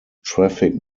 traffic